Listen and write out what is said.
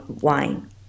wine